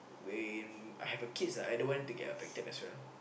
when I have a kids ah I don't want to get affected as well